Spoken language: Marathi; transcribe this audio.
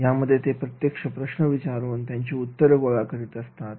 यामध्ये ते प्रत्यक्ष प्रश्न विचारून त्यांची उत्तर गोळा करत असतात